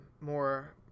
more